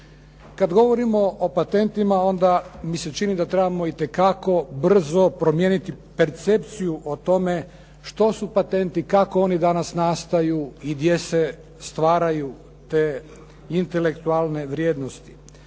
Kad govorimo o patentima onda mi se čini da trebamo itekako brzo promijeniti percepciju o tome što su patenti, kako oni danas nastaju i gdje se stvaraju te intelektualne vrijednosti.